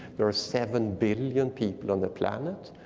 there are seven billion people on the planet.